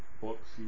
books